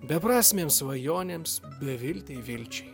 beprasmėms svajonėms bleviltei vilčiai